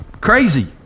crazy